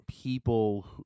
people